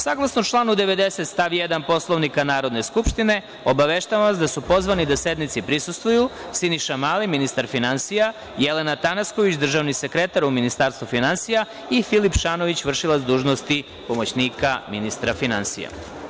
Saglasno članu 90. stav 1. Poslovnika Narodne skupštine, obaveštavam vas da su pozvani da sednici prisustvuju Siniša Mali, ministar finansija, Jelena Tanasković, državni sekretar u Ministarstvu finansija i Filip Šanović, vršilac dužnosti pomoćnika ministra finansija.